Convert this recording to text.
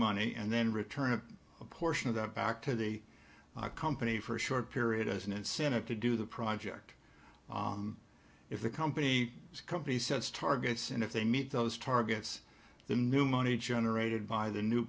money and then return it a portion of that back to the company for a short period as an incentive to do the project if the company as a company sets targets and if they meet those targets the new money generated by the new